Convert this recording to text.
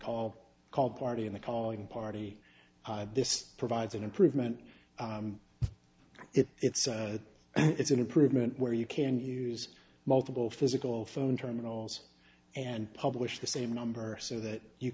call called party and the calling party this provides an improvement if it's an improvement where you can use multiple physical phone terminals and publish the same number so that you